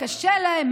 קשה להם,